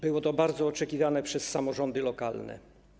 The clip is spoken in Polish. Było to bardzo oczekiwane przez samorządy lokalne.